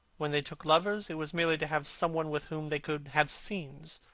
when they took lovers, it was merely to have some one with whom they could have scenes.